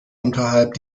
unterhalb